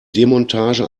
demontage